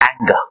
anger